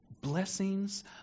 blessings